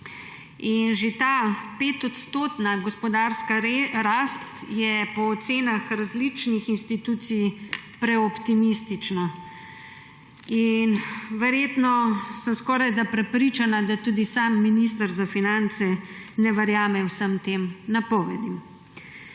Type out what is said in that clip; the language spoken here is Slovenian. Že ta 5-odstotna gospodarska rast je po ocenah različnih institucij preoptimistična. Verjetno, skorajda sem prepričana, da tudi sam minister za finance ne verjame vsem tem napovedim.